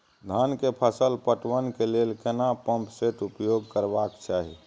धान के फसल पटवन के लेल केना पंप सेट उपयोग करबाक चाही?